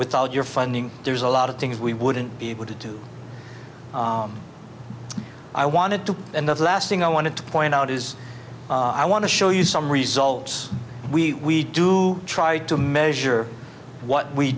without your funding there's a lot of things we wouldn't be able to do i wanted to and the last thing i wanted to point out is i want to show you some results we do try to measure what we